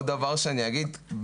עוד דבר שאני אגיד,